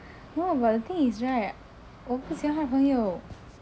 no but the thing is right 我不喜欢他的朋友